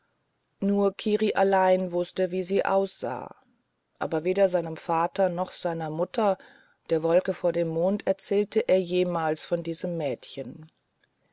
nur kiri allein wußte wie sie aussah aber weder seinem vater noch seiner mutter der wolke vor dem mond erzählte er jemals von diesem mädchen